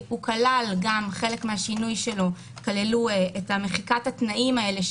חלק מהשינוי שלו כלל את מחיקת התנאים האלה,